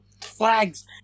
flags